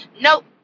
Nope